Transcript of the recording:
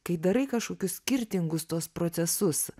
kai darai kažkokius skirtingus tuos procesus